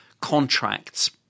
contracts